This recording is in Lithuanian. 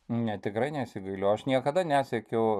ne tikrai nesigailiu aš niekada nesiekiau